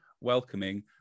welcoming